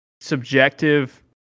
subjective